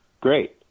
Great